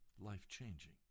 life-changing